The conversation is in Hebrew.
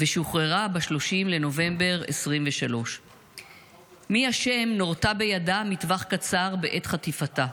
ושוחררה ב-30 בנובמבר 2023. מיה שם נורתה בידה מטווח קצר בעת חטיפתה.